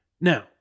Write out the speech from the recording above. Now